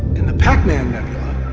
and the pacman nebula,